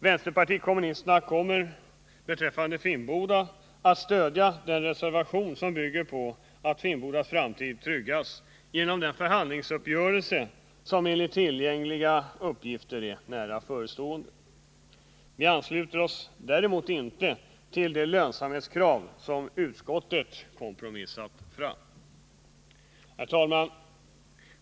Vänsterpartiet kommunisterna kommer beträffande Finnboda att stödja den reservation som bygger på att Finnbodas framtid tryggas genom den förhandlingsuppgörelse som enligt tilllgängliga uppgifter är nära förestående. Vi ansluter oss däremot inte till det lönsamhetskrav som utskottet kompromissat fram. Herr talman!